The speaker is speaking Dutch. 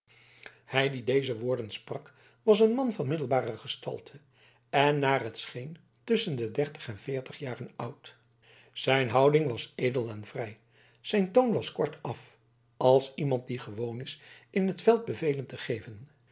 hij die deze woorden sprak was een man van middelbare gestalte en naar het scheen tusschen de dertig en veertig jaren oud zijn houding was edel en vrij zijn toon was kortaf als van iemand die gewoon is in t veld bevelen te geven